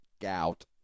Gout